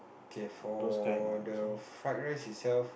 K for the fried rice itself